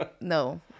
no